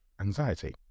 anxiety